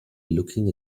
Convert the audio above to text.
looking